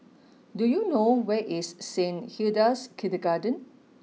do you know where is Saint Hilda's Kindergarten